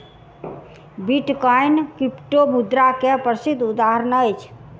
bitcoin क्रिप्टोमुद्रा के प्रसिद्ध उदहारण अछि